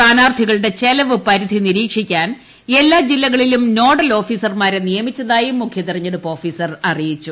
സ്ഥാനാർത്ഥികളുടെ ചെലവ് പരിധി ്ര നിരീക്ഷിക്കാൻ എല്ലാ ജില്ലകളിലും നോഡൽ ഓഫീസർമാര്യെ നിയമിച്ചതായും മുഖ്യ തെരഞ്ഞെടുപ്പ് ഓഫീസർ അറിയിച്ചു